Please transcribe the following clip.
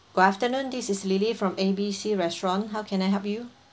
good afternoon this is lily from A B C restaurant how can I help you